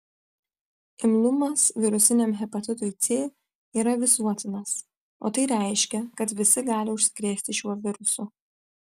imlumas virusiniam hepatitui c yra visuotinas o tai reiškia kad visi gali užsikrėsti šiuo virusu